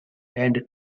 and